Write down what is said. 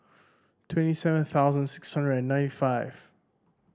twenty seven thousand six hundred and ninety five